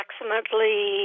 approximately